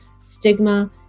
stigma